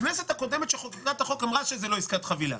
כאשר הכנסת הקודמת חוקקה את החוק היא אמרה שזה לא עסקת חבילה.